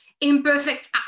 imperfect